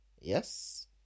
yes